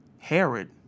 Herod